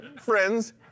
friends